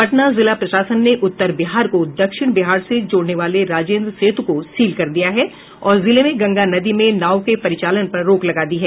पटना जिला प्रशासन ने उत्तर बिहार को दक्षिण बिहार से जोड़ने वाले राजेन्द्र सेतु को सील कर दिया है और जिले में गंगा नदी में नाव के परिचालन पर रोक लगा दी है